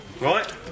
right